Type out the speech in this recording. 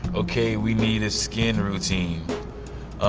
okay, we need a skin routine